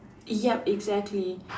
yup exactly